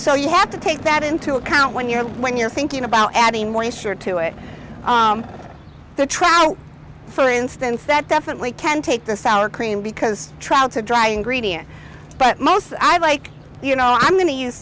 so you have to take that into account when you're when you're thinking about adding more assured to it the trout for instance that definitely can take the sour cream because trying to dry ingredients but most i'd like you know i'm going to use